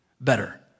better